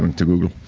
um to google.